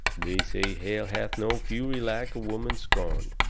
they say hell hath no fury like a woman scorned.